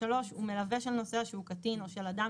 הוא מלווה של נוסע שהוא קטין או של אדם